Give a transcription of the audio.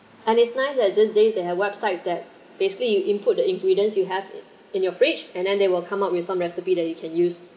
and it's nice that these days they have websites that basically you input the ingredients you have in in your fridge and then they will come up with some recipe that you can use